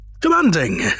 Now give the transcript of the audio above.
commanding